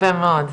יפה מאוד,